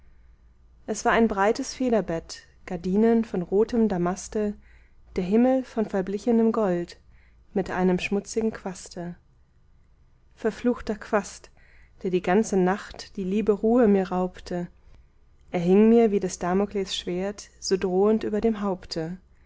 es war ein breites federbett gardinen von rotem damaste der himmel von verblichenem gold mit einem schmutzigen quaste verfluchter quast der die ganze nacht die liebe ruhe mir raubte er hing mir wie des damokles schwert so drohend über dem haupte